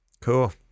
Cool